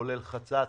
כולל חצץ.